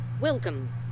Welcome